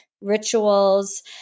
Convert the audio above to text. rituals